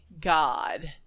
God